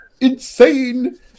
Insane